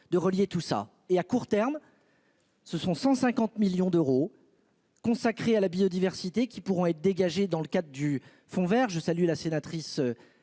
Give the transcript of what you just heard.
de relier tout ça et à court terme. Ce sont 150 millions d'euros. Consacré à la biodiversité qui pourront être dégagés dans le cadre du Fonds Vert. Je salue la sénatrice